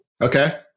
Okay